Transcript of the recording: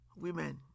women